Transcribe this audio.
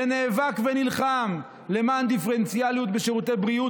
שנאבק ונלחם למען דיפרנציאליות בשירותי בריאות,